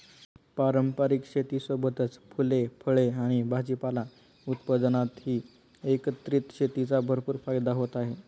पारंपारिक शेतीसोबतच फुले, फळे आणि भाजीपाला उत्पादनातही एकत्रित शेतीचा भरपूर फायदा होत आहे